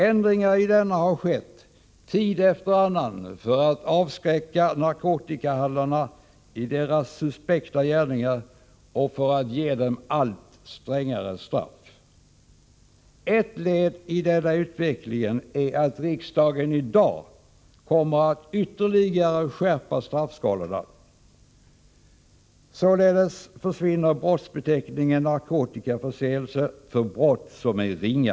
Ändringar i denna har skett tid efter annan för att avskräcka narkotikahandlarna i deras suspekta gärningar och för att ge dem allt strängare straff. Ett led i denna utveckling är att riksdagen i dag kommer att ytterligare skärpa straffskalorna. Således försvinner brottsbeteckningen narkotikaförseelse för brott som är ringa.